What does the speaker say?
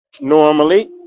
Normally